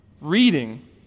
reading